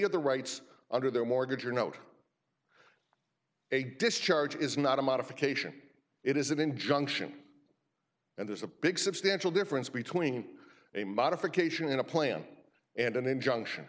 of the rights under their mortgage you're not a discharge is not a modification it is an injunction and there's a big substantial difference between a modification in a plan and an injunction